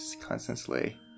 Constantly